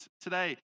today